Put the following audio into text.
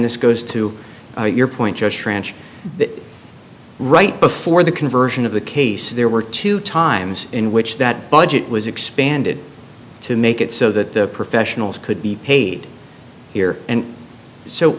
this goes to your point just tranche that right before the conversion of the case there were two times in which that budget was expanded to make it so that the professionals could be paid here and so